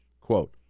Quote